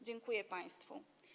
Dziękuję państwu.